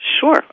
Sure